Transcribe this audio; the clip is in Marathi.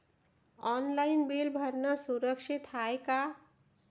ऑनलाईन बिल भरनं सुरक्षित हाय का?